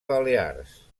balears